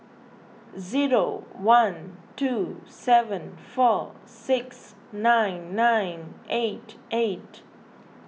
zero one two seven four six nine nine eight eight